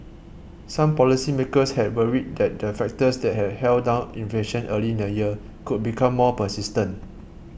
some policymakers had worried that the factors that had held down inflation early in the year could become more persistent